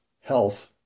health